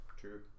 True